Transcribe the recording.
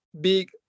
big